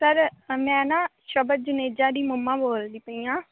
sir ਮੈਂ ਨਾ ਸ਼ਬਦ ਜਨੇਜਾ ਦੀ ਮੰਮਾ ਬੋਲਦੀ ਪਈ ਹਾਂ